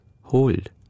hold